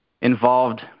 involved